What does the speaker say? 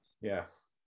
Yes